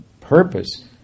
purpose